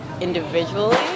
individually